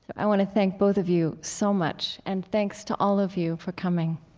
i want to thank both of you so much, and thanks to all of you for coming